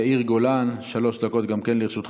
חבר הכנסת יאיר גולן, שלוש דקות גם לרשותך.